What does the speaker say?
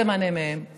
שמתאימים להיות שרים.